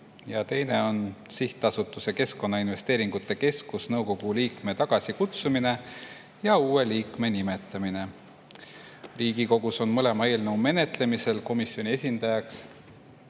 ja teine on "Sihtasutuse Keskkonnainvesteeringute Keskus nõukogu liikme tagasikutsumine ja uue liikme nimetamine". Riigikogus on mõlema eelnõu menetlemisel komisjoni esindajaks